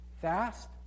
fast